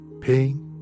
pink